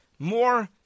More